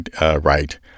right